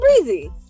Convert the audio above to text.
breezy